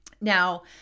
Now